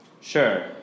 Sure